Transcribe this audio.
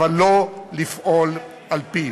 אבל לא לפעול על-פיו.